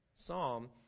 psalm